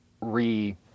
re